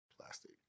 plastic